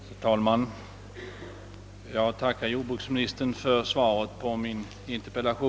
Herr talman! Jag tackar jordbruksministern för svaret på min interpellation.